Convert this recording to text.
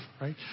right